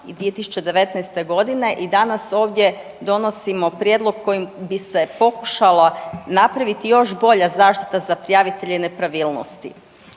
2019.g. i danas ovdje donosimo prijedlog kojim bi se pokušala napraviti još bolja zaštita za prijavitelje nepravilnosti.